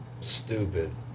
stupid